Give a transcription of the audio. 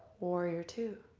warrior two.